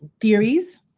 theories